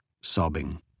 sobbing